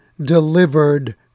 delivered